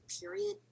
period